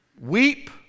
Weep